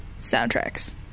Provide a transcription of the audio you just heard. Soundtracks